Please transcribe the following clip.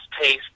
taste